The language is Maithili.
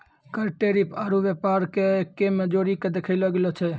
कर टैरिफ आरू व्यापार के एक्कै मे जोड़ीके देखलो जाए छै